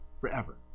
forever